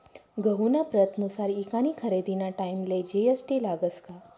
गहूना प्रतनुसार ईकानी खरेदीना टाईमले जी.एस.टी लागस का?